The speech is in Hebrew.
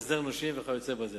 הסדר נושים וכיוצא בזה.